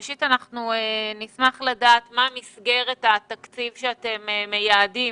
ראשית, נשמח לדעת מה מסגרת התקציב שאתם מייעדים